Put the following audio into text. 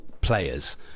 players